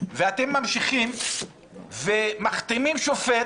ואתם ממשיכים ומכתימים שופט